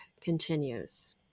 continues